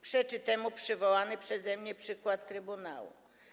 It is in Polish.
Przeczy temu przywołany przeze mnie przykład trybunału.